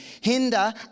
Hinder